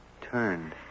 turned